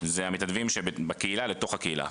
זה המתנדבים שבקהילה לקהילה.